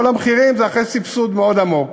כל המחירים זה אחרי סבסוד מאוד עמוק,